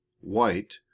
white